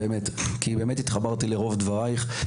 כי באמת התחברתי לרוב דברייך.